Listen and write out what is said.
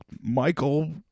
Michael